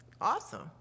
awesome